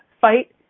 fight